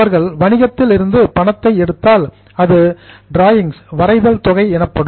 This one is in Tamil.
அவர்கள் வணிகத்தில் இருந்து பணத்தை எடுத்தால் அது ட்ராயிங்ஸ் வரைதல் தொகை எனப்படும்